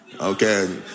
okay